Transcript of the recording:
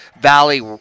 Valley